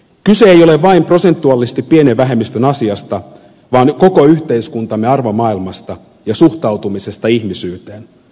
kyse ei ole vain prosentuaalisesti pienen vähemmistön asiasta vaan koko yhteiskuntamme arvomaailmasta ja suhtautumisesta ihmisyyteen